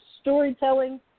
storytelling